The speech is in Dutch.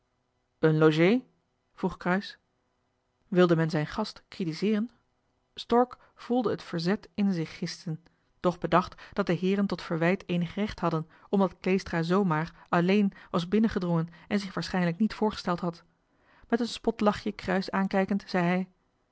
een logee vroeg cruyss wilde men zijn gast critiseeren stork voelde het verzet in zich gisten doch bedacht dat de heeren tot verwijt eenig recht hadden omdat kleestra zoo maar alleen was binnengedrongen en zich waarschijnlijk niet voorgesteld had met een spotlachje cruyss aankijkend zei